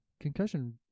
concussion